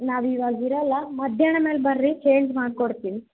ನಾವು ಇವಾಗ ಇರೋಲ್ಲ ಮಧ್ಯಾಹ್ನ ಮೇಲೆ ಬರ್ರಿ ಚೇಂಜ್ ಮಾಡಿಕೊಡ್ತೀವಿ